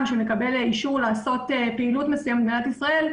שמקבל אישור לעשות פעילות מסוימת במדינת ישראל,